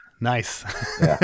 Nice